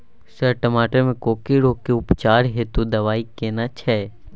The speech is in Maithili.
सर टमाटर में कोकरि रोग के उपचार हेतु दवाई केना छैय?